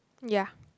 ya